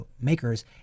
makers